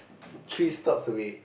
three stops away